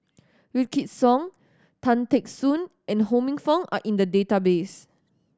Wykidd Song Tan Teck Soon and Ho Minfong are in the database